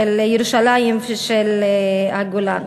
של ירושלים ושל הגולן.